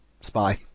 spy